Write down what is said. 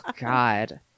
God